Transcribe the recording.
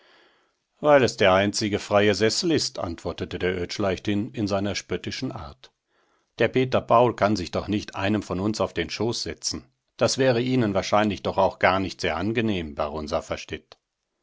weil es der einzige freie sessel ist antwortete der oetsch leichthin in seiner spöttischen art der peter paul kann sich doch nicht einem von uns auf den schoß setzen das wäre ihnen wahrscheinlich doch auch gar nicht sehr angenehm